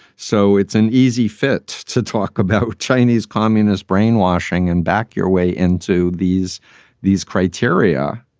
so it's an easy fit to talk about chinese communist brainwashing and back your way into these these criteria.